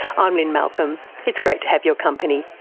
i'm lynne malcolm. it's great to have your company.